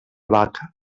vaca